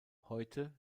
heute